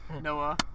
Noah